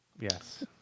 Yes